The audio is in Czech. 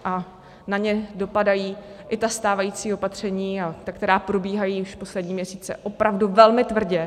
I na ně dopadají ta stávající opatření a ta, která probíhají už poslední měsíce, opravdu velmi tvrdě.